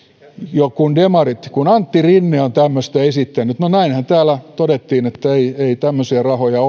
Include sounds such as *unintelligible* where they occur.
kun antti rinne on tämmöistä esittänyt no näinhän täällä todettiin että ei tämmöisiä rahoja *unintelligible*